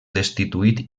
destituït